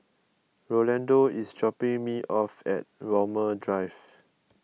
Rolando is dropping me off at Walmer Drive